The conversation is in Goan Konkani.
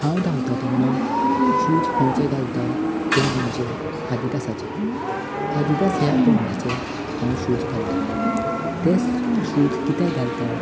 हांव धांवतां तेन्ना शूज खंयचें घालतां तें म्हणजे आदिदासाचे आदिदास ह्या ब्रेडांचे हांव शूज घालतां तें शूज कित्याक घालतात